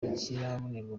ntikirabonerwa